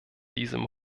diesem